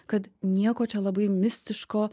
kad nieko čia labai mistiško